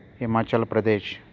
Himachal Pradesh